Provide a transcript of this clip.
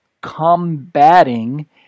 combating